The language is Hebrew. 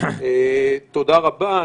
תודה רבה.